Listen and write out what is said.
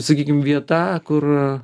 sakykime vieta kur